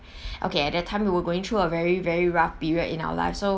okay at that time we're going through a very very rough period in our life so